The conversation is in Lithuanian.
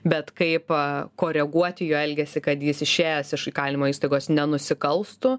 bet kaip koreguoti jo elgesį kad jis išėjęs iš įkalinimo įstaigos nenusikalstų